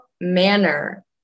manner